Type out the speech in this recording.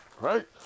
Right